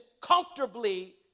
comfortably